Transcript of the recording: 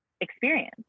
experience